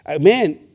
Man